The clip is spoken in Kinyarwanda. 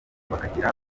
bakagira